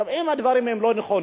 אם הדברים הם לא נכונים,